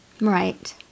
Right